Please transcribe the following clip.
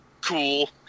cool